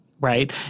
right